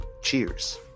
Cheers